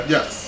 Yes